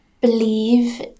believe